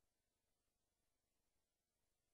או